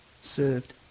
served